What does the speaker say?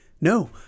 no